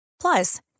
Plus